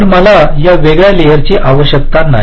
तर मला या वेगळ्या लेअरची आवश्यकता नाही